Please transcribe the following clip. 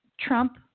Trump